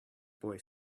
boy